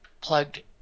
plugged